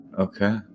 Okay